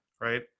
right